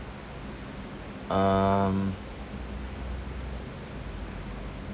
um